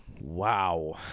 Wow